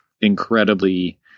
incredibly